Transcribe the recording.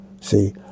See